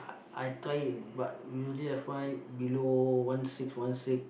I try but usually I find below one six one six